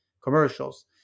commercials